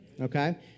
Okay